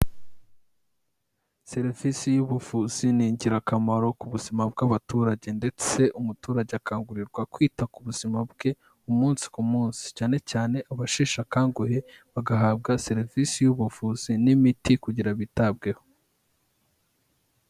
Serivisi y'ubuvuzi ni ingirakamaro ku buzima bw'abaturage ndetse umuturage akangurirwa kwita ku buzima bwe umunsi ku munsi, cyane cyane abasheshe akanguhe bagahabwa serivisi y'ubuvuzi n'imiti kugira bitabweho.